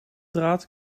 draad